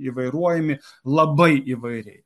įvairuojami labai įvairiai